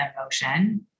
emotion